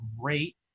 great